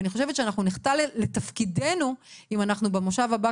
ואני חושבת שאנחנו נחטא לתפקידנו אם אנחנו במושב הבא,